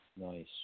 Nice